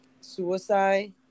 suicide